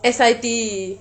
S_I_T